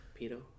pito